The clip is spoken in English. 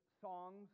songs